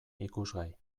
ikusgai